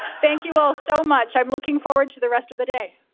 thank you, all, so much, i'm looking forward to the rest of the day.